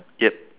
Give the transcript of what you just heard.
yup